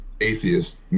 atheist